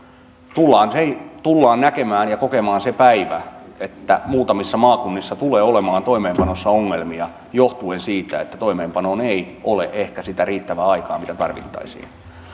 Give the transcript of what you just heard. tullaan näkemään ja kokemaan se päivä että muutamissa maakunnissa tulee olemaan toimeenpanossa ongelmia johtuen siitä että toimeenpanoon ei ehkä ole sitä riittävää aikaa mitä tarvittaisiin